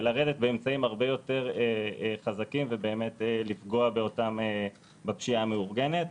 לרדת באמצעים הרבה יותר חזקים ובאמת לפגוע בפשיעה המאורגנת.